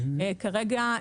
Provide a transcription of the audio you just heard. כרגע,